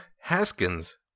Haskins